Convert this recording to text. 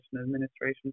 administration